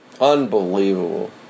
Unbelievable